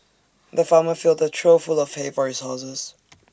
the farmer filled A trough full of hay for his horses